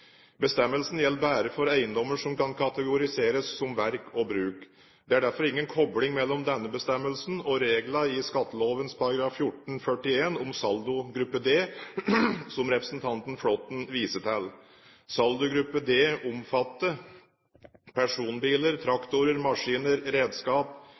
Bestemmelsen gjelder bare for eiendommer som kan kategoriseres som verk og bruk. Det er derfor ingen kobling mellom denne bestemmelsen og regelen i skatteloven § 14-41 om saldogruppe d, som representanten Flåtten viser til. Saldogruppe d omfatter «personbiler, traktorer, maskiner, redskap,